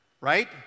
Right